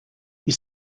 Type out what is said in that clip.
you